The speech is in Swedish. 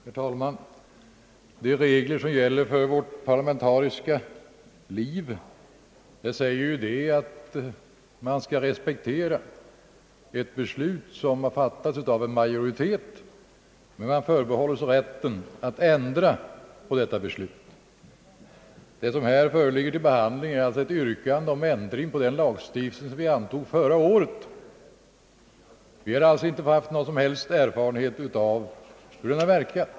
Herr talman! Enligt de regler som gäller för vårt parlamentariska liv skall man respektera ett beslut som har fattats av en majoritet, men man kan för behålla sig rätten att ändra på detta beslut. Vad vi nu har att behandla är ett yrkande om ändring av den lagstiftning angående beskattningen av realisationsvinst vid försäljning av aktier som vi antog förra året. Vi har alltså inte haft några som helst erfarenheter av hur den har verkat.